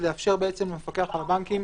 לאפשר למפקח על הבנקים